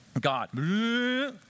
God